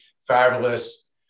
fabulous